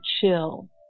chill